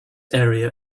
area